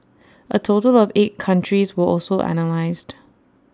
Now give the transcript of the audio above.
A total of eight countries were also analysed